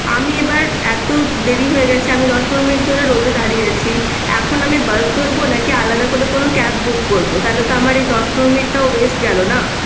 আমি এবার এত দেরি হয়ে গেছে আমি দশ পনেরো মিনিট ধরে রোদে দাঁড়িয়ে আছি এখন আমি বাস ধরব নাকি আলাদা করে কোনো ক্যাব বুক করবো তাহলে তো আমার এই দশ পনেরো মিনিটটাও ওয়েস্ট গেল না